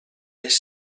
les